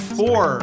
four